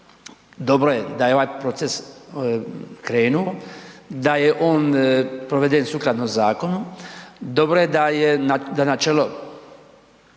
dobro je da je ovaj proces krenuo, da je on proveden sukladno zakonu, dobro je da na čelo